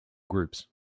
groups